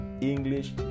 English